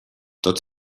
tot